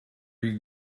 you